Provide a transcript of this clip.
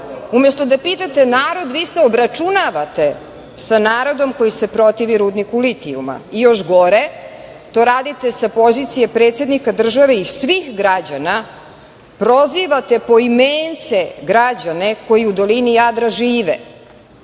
pitali? Umesto da pitate narod, vi se obračunavate sa narodom koji se protivi rudniku litijuma. I još gore, to radite sa pozicije predsednika države i svih građana, prozivate poimence građane koji u dolini Jadra žive,